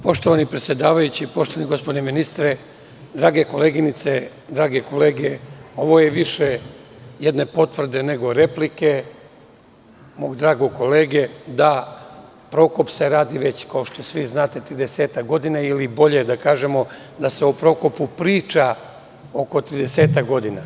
Poštovani predsedavajući, poštovani gospodine ministre, drage koleginice, drage kolege, ovo je više jedne potvrde, nego replike mog dragog kolege, da „Prokop“ se radi već, kao što svi znate, 30-ak godina, ili bolje da kažemo da se o „Prokopu“ priča oko 30-ak godina.